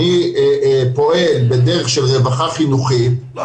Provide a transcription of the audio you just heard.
אני פועל בדרך של רווחה חינוכית --- את